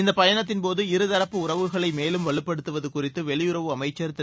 இந்தப் பயணத்தின்போது இருதரப்பு உறவுகளை மேலும் வலுப்படுத்துவது குறித்து வெளியுறவு அமைச்சர் திரு